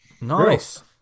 Nice